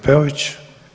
Peović.